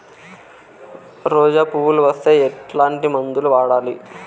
రోజా పువ్వులు వస్తే ఎట్లాంటి మందులు వాడాలి?